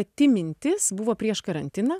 pati mintis buvo prieš karantiną